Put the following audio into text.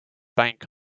bank